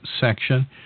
section